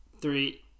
Three